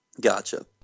Gotcha